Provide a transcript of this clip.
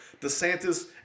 DeSantis